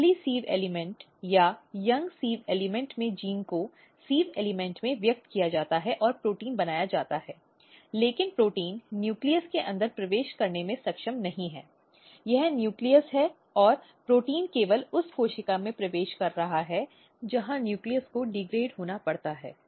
प्रारंभिक sieve element या young sieve element में जीन को सिव़ एलिमेंट में व्यक्त किया जाता है और प्रोटीन बनाया जाता है लेकिन प्रोटीन नाभिक के अंदर प्रवेश करने में सक्षम नहीं है यह नाभिक है और प्रोटीन केवल उस कोशिका में प्रवेश कर रहा है जहां नाभिक को डिग्रेडेड होना पड़ता है